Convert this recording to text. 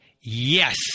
Yes